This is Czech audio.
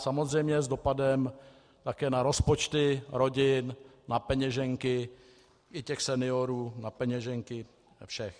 Samozřejmě s dopadem také na rozpočty rodin, na peněženky i těch seniorů, na peněženky všech.